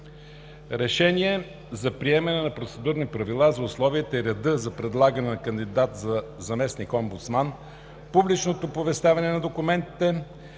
РЕШЕНИЕ за приемане на Процедурни правила за условията и реда за предлагане на кандидат за заместник-омбудсман, публичното оповестяване на документите,